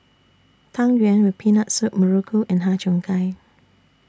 Tang Yuen with Peanut Soup Muruku and Har Cheong Gai